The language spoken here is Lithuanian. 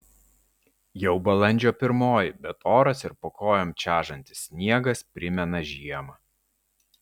jau balandžio pirmoji bet oras ir po kojom čežantis sniegas primena žiemą